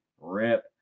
rip